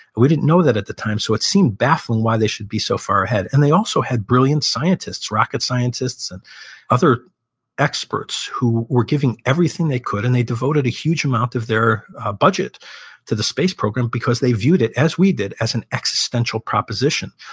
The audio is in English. we didn't know that at the time, so it seemed baffling why they should be so far ahead and they also had brilliant scientists. rocket scientists and other experts who were giving everything they could, and they devoted a huge amount of their budget to the space program because they viewed it as we did, as an existential proposition.